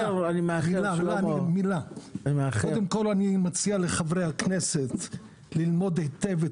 קודם כול אני מציע לחברי הכנסת ללמוד טוב את